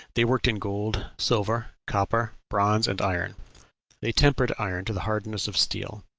they worked in gold, silver, copper, bronze, and iron they tempered iron to the hardness of steel.